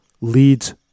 leads